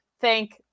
Thank